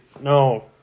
No